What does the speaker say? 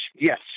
Yes